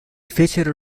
fecero